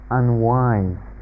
unwise